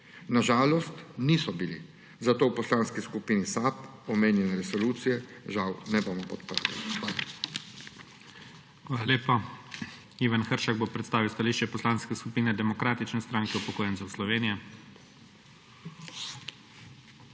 Na žalost niso bili, zato v Poslanski skupini SAB omenjene resolucije žal ne bomo podprli.